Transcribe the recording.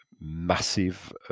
massive